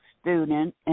student